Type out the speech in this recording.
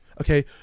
Okay